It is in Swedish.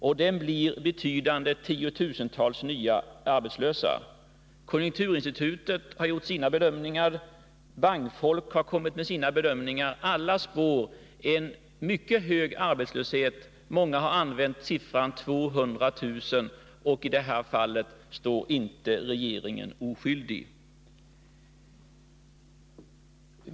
Resultatet blir tiotusentals nya arbetslösa. Konjunkturinstitutet liksom också bankfolk har gjort liknande bedömningar. Alla spår en mycket hög arbetslöshet. Många har nämnt siffran 200 000. Till denna mycket höga arbetslöshet är inte regeringen oskyldig.